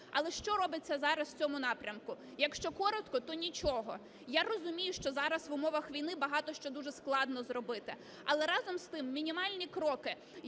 Але що робиться зараз в цьому напрямку? Якщо коротко, то нічого. Я розумію, що зараз, в умовах війни, багато що дуже складно зробити. Але разом з тим мінімальні кроки,